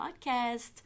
podcast